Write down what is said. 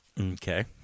Okay